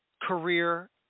career